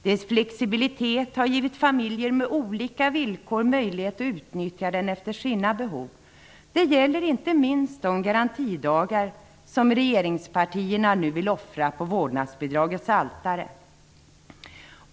Dess flexibilitet har givit familjer med olika villkor möjlighet att utnyttja den efter sina behov. Det gäller inte minst de garantidagar som regeringspartierna nu vill offra på vårdnadsbidragets altare.